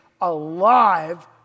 alive